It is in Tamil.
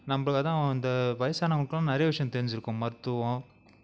நம்மள தான் இந்த வயதானவங்களுக்குலாம் நிறைய விஷயம் தெரிஞ்சுருக்கும் மருத்துவம்